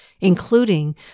including